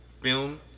film